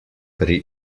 pri